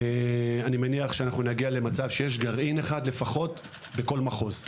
אני מניח שאנחנו נגיע למצב שיש גרעין אחד לפחות בכל מחוז.